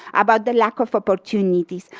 about the lack of opportunities.